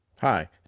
Hi